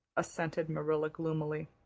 assented marilla gloomily.